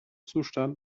zustand